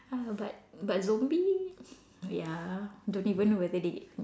uh but but zombie ya don't even know whether they